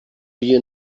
you